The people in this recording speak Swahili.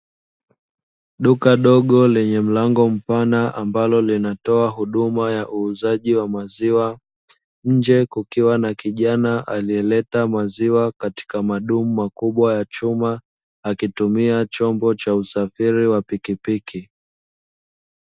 Duka dogo lenye mlango mpana, ambalo linatoa huduma ya uuzaji wa maziwa, nje kukiwa na kijana aliyeleta maziwa katika madumu makubwa ya chuma, akitumia chombo cha usafiri wa pikipiki.